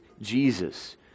Jesus